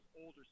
older